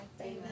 Amen